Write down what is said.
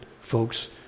folks